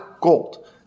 gold